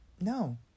No